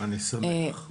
אני שמח.